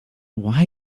why